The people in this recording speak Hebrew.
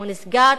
הוא נסגר,